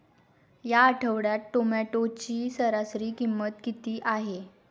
या आठवड्यात टोमॅटोची सरासरी किंमत किती आहे?